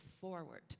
forward